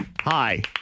Hi